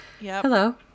Hello